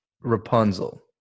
Rapunzel